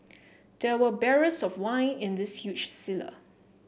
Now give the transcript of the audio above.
there were barrels of wine in the huge cellar